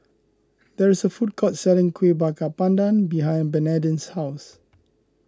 there is a food court selling Kueh Bakar Pandan behind Bernadine's house